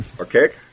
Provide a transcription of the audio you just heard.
okay